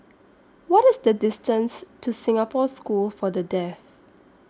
What IS The distance to Singapore School For The Deaf